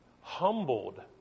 humbled